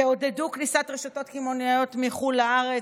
תעודדו כניסת רשתות קמעונאיות מחו"ל לארץ.